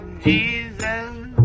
Jesus